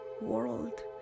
world